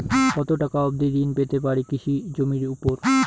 কত টাকা অবধি ঋণ পেতে পারি কৃষি জমির উপর?